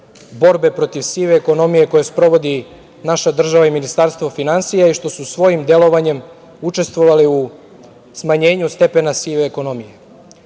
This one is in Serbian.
borbe protiv sive ekonomije koju sprovodi naša država i Ministarstvo finansija i što su svojim delovanjem učestvovali u smanjenju stepena sive ekonomije. Dragi